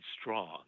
strong